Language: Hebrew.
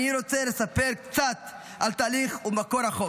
אני רוצה לספר קצת על תהליך ומקור החוק.